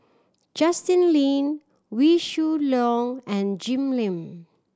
Justin Lean Wee Shoo Leong and Jim Lim